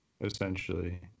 Essentially